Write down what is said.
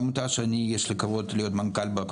העמותה שאני יש לי כבוד להיות מנכ"ל בה,